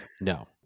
no